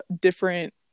different